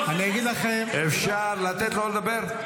אגיד לכם --- אפשר לתת לו לדבר?